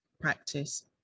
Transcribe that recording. practice